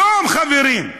יום, חברים.